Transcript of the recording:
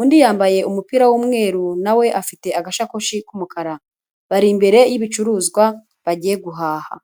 undi yambaye umupira w'umweru na we afite agasakoshi k'umukara. Bari imbere y'ibicuruzwa bagiye guhaha.